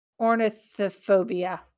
ornithophobia